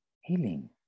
Healing